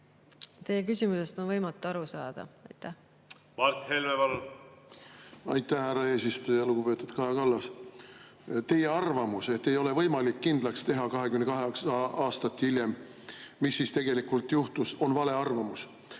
Teie küsimusest on võimatu aru saada. Mart Helme, palun! Mart Helme, palun! Aitäh, härra eesistuja! Lugupeetud Kaja Kallas! Teie arvamus, et ei ole võimalik kindlaks teha 28 aastat hiljem, mis tegelikult juhtus, on vale arvamus.